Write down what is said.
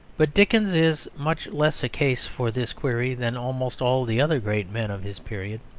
but dickens is much less a case for this query than almost all the other great men of his period.